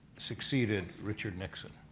succeeded richard nixon